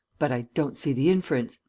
but i don't see the inference.